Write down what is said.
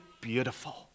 beautiful